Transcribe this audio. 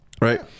Right